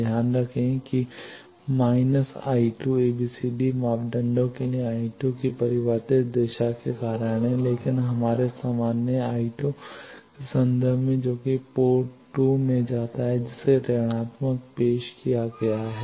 ध्यान दें कि −I 2 एबीसीडी मापदंडों के लिए I2 की परिवर्तित दिशा के कारण है लेकिन हमारे सामान्य I2 के संदर्भ में जो कि पोर्ट 2 में जाता है जिसे ऋणात्मक पेश किया गया है